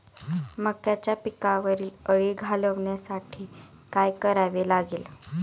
मक्याच्या पिकावरील अळी घालवण्यासाठी काय करावे लागेल?